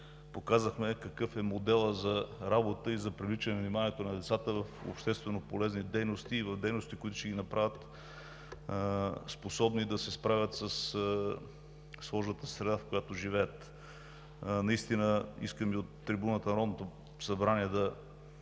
показахме какъв е моделът за работа и за привличане вниманието на децата в общественополезни дейности и в дейности, които ще ги направят способни да се справят със сложната среда, в която живеят. Искам и от трибуната на Народното събрание да